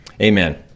Amen